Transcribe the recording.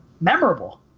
memorable